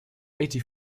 eighty